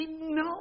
No